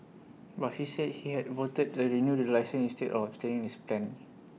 but she said he had voted to renew the licence instead of abstaining as planned